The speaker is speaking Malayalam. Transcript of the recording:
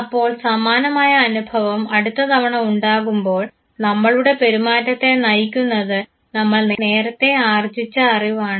അപ്പോൾ സമാനമായ അനുഭവം അടുത്ത തവണ ഉണ്ടാകുമ്പോൾ നമ്മളുടെ പെരുമാറ്റത്തെ നയിക്കുന്നത് നമ്മൾ നേരത്തെ ആർജ്ജിച്ച അറിവാണ്